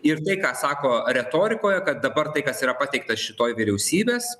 ir tai ką sako retorikoje kad dabar tai kas yra pateikta šitoj vyriausybės